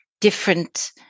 different